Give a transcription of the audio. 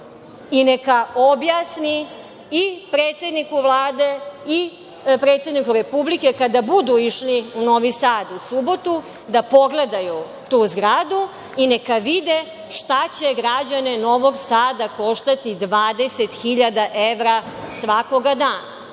I, neka objasni i predsedniku Vlade i predsedniku Republike kada budu išli u Novi Sad i u subotu da pogledaju tu zgradu i neka vide šta će građane Novog Sada koštati 20.000 evra svakog dana.